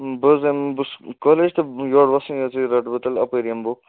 بہٕ حظ أمۍ بہٕ چھُس کالیج تہٕ یورٕ وَسٕے حظ رَٹہٕ بہٕ تیٚلہِ اَپٲرۍ یِم بُک